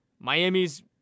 Miami's